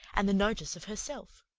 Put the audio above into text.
and the notice of herself.